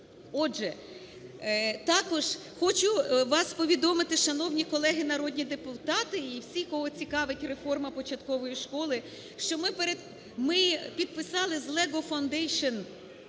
Отже, також хочу вас повідомити, шановні колеги народні депутати і всі, кого цікавить реформа початкової школи, що ми підписали з LEGO Foundation